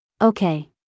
Okay